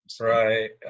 Right